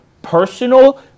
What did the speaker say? Personal